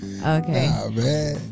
Okay